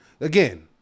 Again